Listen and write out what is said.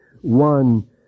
one